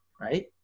right